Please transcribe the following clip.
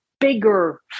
bigger